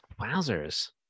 Wowzers